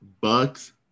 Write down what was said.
Bucks